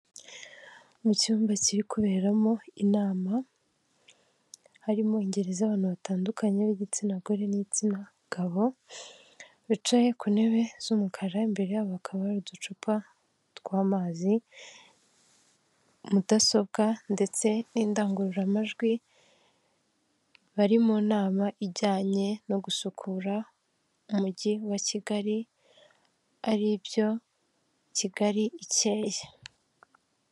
Mu cyumba kiri kuberamo inama, harimo ingeri z'abantu batandukanye b'igitsina gore n'igitsina gabo bicaye ku ntebe z'umukara, imbere hakaba hari uducupa tw'amazi, mudasobwa ndetse n'indangururamajwi, bari mu nama ijyanye no gusukura Umujyi wa Kigali, aribyo Kigali ikeyeya.